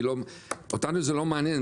אותנו זה לא מעניין,